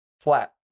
flat